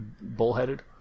bullheaded